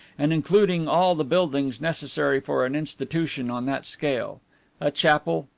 and including all the buildings necessary for an institution on that scale a chapel,